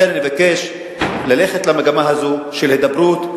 לכן אני מבקש ללכת למגמה הזאת של הידברות,